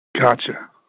Gotcha